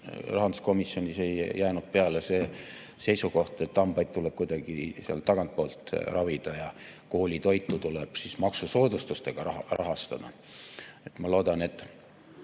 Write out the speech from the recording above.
rahanduskomisjonis peale see seisukoht, et hambaid tuleb kuidagi sealt tagantpoolt ravida ja koolitoitu tuleb maksusoodustustega rahastada. Ma ei tea,